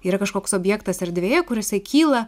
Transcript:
yra kažkoks objektas erdvėje kur jisai kyla